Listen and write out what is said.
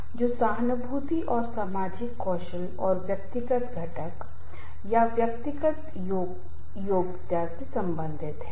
और इसलिए तनाव एक ऐसी चीज है जो हमारे शरीर के घिसना और टूटना फूटना का कारण बनता है और अब हम तनाव और प्रदर्शन के बीच संबंध की जांच करते हैं